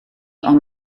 ond